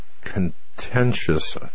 contentious